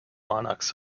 linux